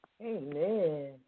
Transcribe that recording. Amen